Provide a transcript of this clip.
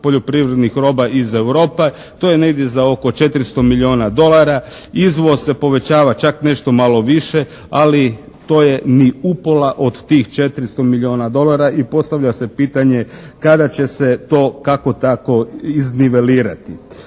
poljoprivrednih roba iz Europa, to je negdje za oko 400 milijona dolara, izvoz se povećava čak nešto malo više, ali to je ni upola od tih 400 milijona dolara i postavlja se pitanje kada će se to kako tako iznivelirati.